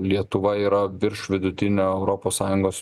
lietuva yra virš vidutinio europos sąjungos